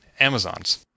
Amazons